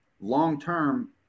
long-term